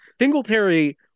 Singletary